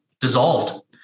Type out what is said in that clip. dissolved